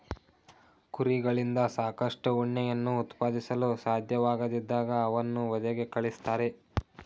ಕುರಿಗಳಿಂದ ಸಾಕಷ್ಟು ಉಣ್ಣೆಯನ್ನು ಉತ್ಪಾದಿಸಲು ಸಾಧ್ಯವಾಗದಿದ್ದಾಗ ಅವನ್ನು ವಧೆಗೆ ಕಳಿಸ್ತಾರೆ